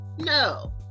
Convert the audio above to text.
no